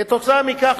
כתוצאה מכך,